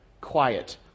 quiet